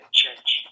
change